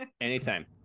Anytime